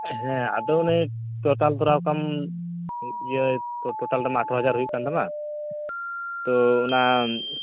ᱦᱮᱸ ᱟᱫᱚ ᱚᱱᱮ ᱴᱳᱴᱟᱞ ᱫᱷᱚᱨᱟᱣ ᱠᱟᱜᱼᱟᱢ ᱤᱭᱟᱹ ᱴᱳᱴᱟᱞ ᱨᱮᱢᱟ ᱟᱴᱷᱟᱨᱚ ᱦᱟᱡᱟᱨ ᱦᱩᱭᱩᱜ ᱠᱟᱱ ᱛᱟᱢᱟ ᱛᱚ ᱚᱱᱟ